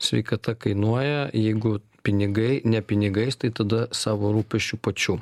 sveikata kainuoja jeigu pinigai ne pinigais tai tada savo rūpesčiu pačių